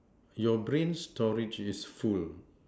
you brain storage is full